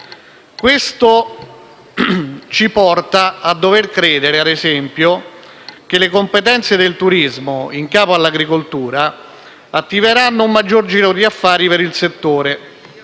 Questo ci porta a dover credere, ad esempio, che le competenze del turismo in capo all'agricoltura attiveranno un maggior giro di affari per il settore,